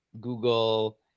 google